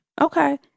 Okay